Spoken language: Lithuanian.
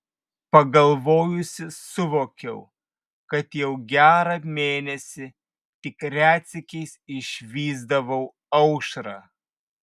pagalvojusi suvokiau kad jau gerą mėnesį tik retsykiais išvysdavau aušrą